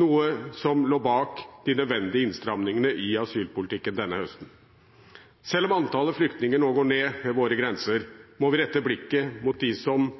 noe som lå bak de nødvendige innstramningene i asylpolitikken denne høsten. Selv om antallet flyktninger nå går ned ved våre grenser, må vi rette blikket mot dem som